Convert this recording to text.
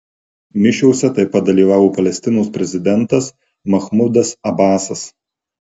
mišiose taip pat dalyvavo palestinos prezidentas mahmudas abasas